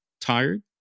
tired